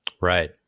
Right